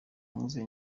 nkuze